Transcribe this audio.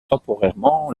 temporairement